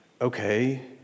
Okay